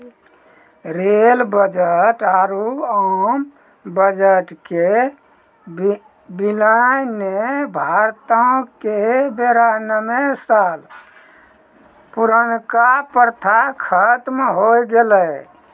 rail budget आरु आम budget के विलय ने भारतो के बेरानवे साल पुरानका प्रथा खत्म होय गेलै